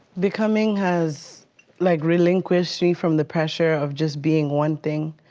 becoming has like relinquished me from the pressure of just being one thing.